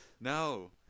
no